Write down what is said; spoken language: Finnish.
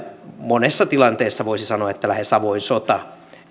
monessa tilanteessa voisi sanoa että lähes avoin sota